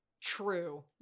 True